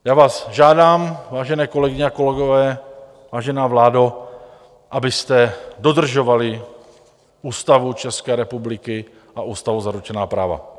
Já vás žádám, vážené kolegyně a kolegové, vážená vládo, abyste dodržovali Ústavu České republiky a ústavou zaručená práva.